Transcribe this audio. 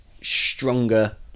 stronger